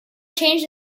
changed